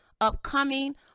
upcoming